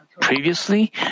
Previously